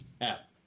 app